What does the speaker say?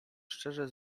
szczerze